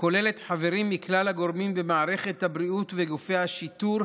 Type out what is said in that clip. הכוללת חברים מכלל הגורמים במערכת הבריאות וגופי השיטור,